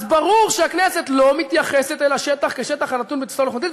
אז ברור שהכנסת לא מתייחסת אל השטח כשטח הנתון בתפיסה לוחמתית,